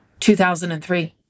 2003